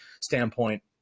standpoint